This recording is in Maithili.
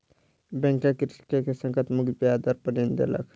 बैंक कृषक के संकट मुक्त ब्याज दर पर ऋण देलक